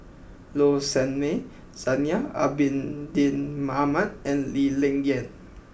Low Sanmay Zainal Abidin Ahmad and Lee Ling Yen